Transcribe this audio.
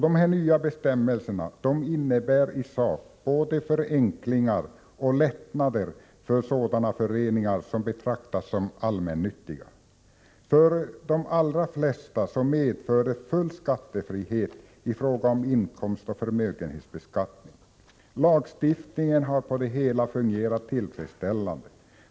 Dessa nya bestämmelser innebär i sak både förenklingar och lättnader för sådana föreningar som betraktas som allmännyttiga. För de allra flesta medför de full skattefrihet i fråga om inkomstoch förmögenhetsbeskattning. Lagstiftningen har på det hela taget fungerat tillfredsställande.